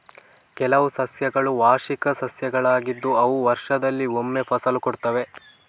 ಕೆಲವು ಸಸ್ಯಗಳು ವಾರ್ಷಿಕ ಸಸ್ಯಗಳಾಗಿದ್ದು ಅವು ವರ್ಷದಲ್ಲಿ ಒಮ್ಮೆ ಫಸಲು ಕೊಡ್ತವೆ